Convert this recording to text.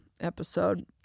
episode